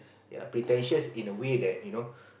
ya pretentious in the way that you know